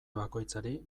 bakoitzari